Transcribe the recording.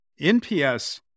NPS